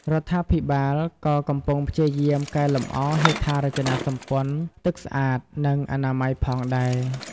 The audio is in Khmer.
រដ្ឋាភិបាលក៏កំពុងព្យាយាមកែលម្អហេដ្ឋារចនាសម្ព័ន្ធទឹកស្អាត និងអនាម័យផងដែរ។